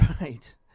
Right